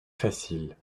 facile